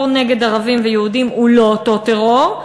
נגד ערבים ויהודים הוא לא אותו טרור,